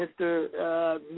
Mr